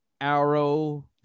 arrow